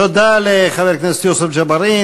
תודה לחבר הכנסת יוסף ג'בארין.